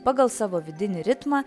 pagal savo vidinį ritmą